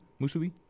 musubi